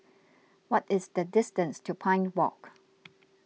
what is the distance to Pine Walk